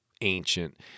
ancient